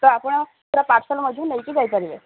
ତ ଆପଣ ପୁରା ପାର୍ସଲ ମଧ୍ୟ ନେଇକି ଯାଇପାରିବେ